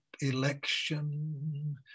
election